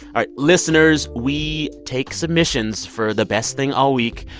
all right listeners, we take submissions for the best thing all week,